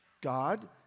God